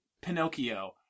Pinocchio